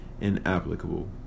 inapplicable